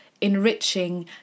enriching